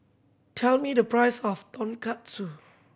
tell me the price of Tonkatsu